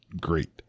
great